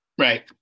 Right